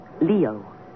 Leo